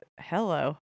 Hello